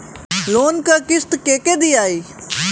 Loan क किस्त के के दियाई?